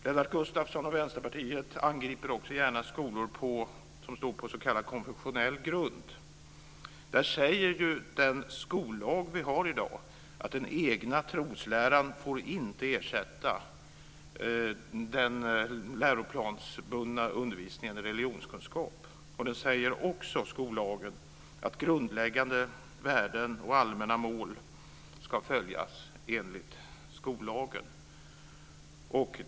Lennart Gustavsson och Vänsterpartiet angriper också gärna skolor som står på s.k. konfessionell grund. Där säger den skollag vi har i dag att den egna trosläran får inte ersätta den läroplansbundna undervisningen i religionskunskap. Skollagen säger också att grundläggande värden och allmänna mål ska följas enligt skollagen.